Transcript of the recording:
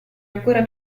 ancora